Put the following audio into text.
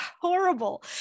horrible